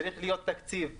צריך להיות תקציב שנתי.